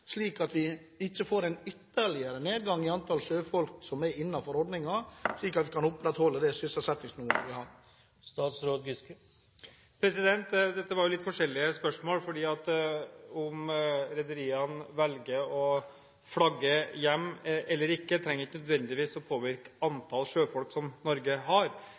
at vi ikke skal få en ytterligere nedgang i antall sjøfolk som er innenfor ordningen, slik at vi kan opprettholde det sysselsettingsnivået vi har? Dette er jo litt forskjellige spørsmål. Om rederiene velger å flagge hjem eller ikke, trenger ikke nødvendigvis å påvirke antall sjøfolk som Norge har.